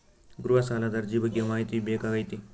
ಗೃಹ ಸಾಲದ ಅರ್ಜಿ ಬಗ್ಗೆ ಮಾಹಿತಿ ಬೇಕಾಗೈತಿ?